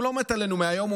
והוא לא מת עלינו לא מהיום,